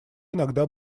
иногда